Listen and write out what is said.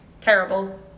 Terrible